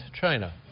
China